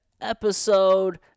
episode